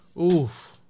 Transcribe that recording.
Oof